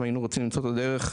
והיינו רוצים למצוא את הדרך.